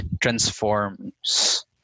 transforms